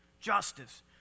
justice